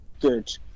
good